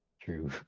True